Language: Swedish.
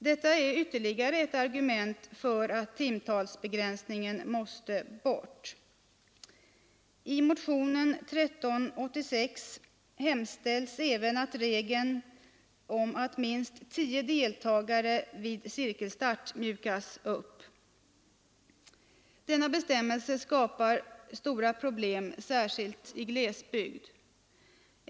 Detta är ytterligare ett argument för att timtalsbegränsningen måste bort. I motionen 1386 hemställs även att regeln om minst tio deltagare vid cirkelstart mjukas upp. Denna bestämmelse skapar stora problem, särskilt i glesbygd.